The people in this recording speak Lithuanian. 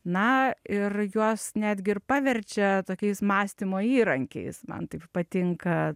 na ir juos netgi ir paverčia tokiais mąstymo įrankiais man taip patinka